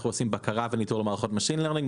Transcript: אנחנו עושים בקרה וניטור למערכות Machine Learning.